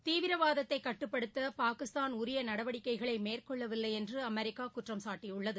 தீவிரவாதத்தை கட்டுப்படுத்த பாகிஸ்தான் உரிய நடவடிக்கைகளை மேற்கொள்ளவில்லை என்று அமெரிக்கா குற்றம் சாட்டியுள்ளது